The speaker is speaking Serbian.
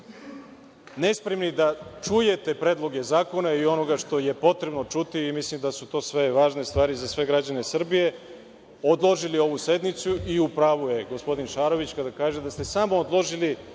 nespremni da čujete predloge zakona i onoga što je potrebno čuti i mislim da su to sve važne stvari za sve građane Srbije, odložili ovu sednicu, i u pravu je gospodin Šarović da ste samo odložili